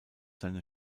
seine